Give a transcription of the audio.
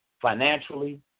financially